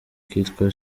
kitwa